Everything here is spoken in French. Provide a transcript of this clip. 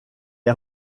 est